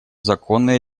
законной